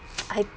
I